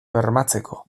bermatzeko